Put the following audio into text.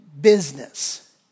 business